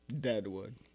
Deadwood